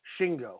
Shingo